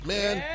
Man